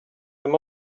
them